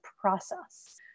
process